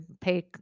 pay